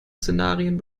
szenarien